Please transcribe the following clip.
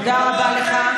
תודה רבה לך.